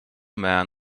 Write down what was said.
man